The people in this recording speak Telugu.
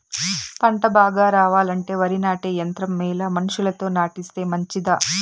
పంట బాగా రావాలంటే వరి నాటే యంత్రం మేలా మనుషులతో నాటిస్తే మంచిదా?